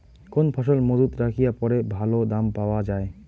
কোন ফসল মুজুত রাখিয়া পরে ভালো দাম পাওয়া যায়?